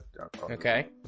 okay